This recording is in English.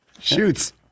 Shoots